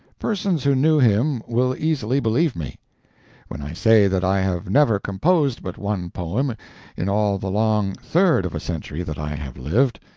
persons who knew him will easily believe me when i say that i have never composed but one poem in all the long third of a century that i have lived,